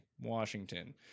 Washington